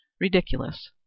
ridiculous